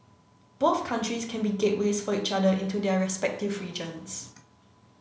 both countries can be gateways for each other into their respective regions